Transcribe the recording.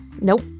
Nope